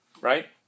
Right